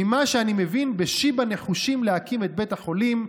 ממה שאני מבין, בשיבא נחושים להקים את בית החולים.